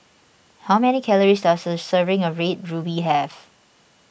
how many calories does a serving of Red Ruby have